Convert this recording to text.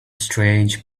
strange